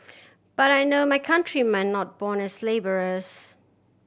but I know my countrymen not born as labourers